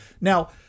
Now